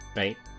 right